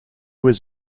was